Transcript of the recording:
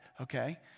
Okay